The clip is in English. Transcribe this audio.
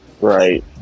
right